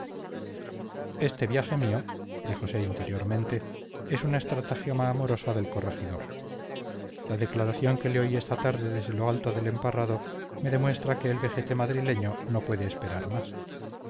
este viaje mío díjose interiormente es una estratagema amorosa del corregidor la declaración que le oí esta tarde desde lo alto del emparrado me demuestra que el vejete madrileño no puede esperar más